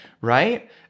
right